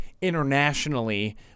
internationally